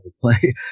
play